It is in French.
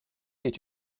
est